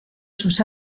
sus